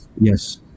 yes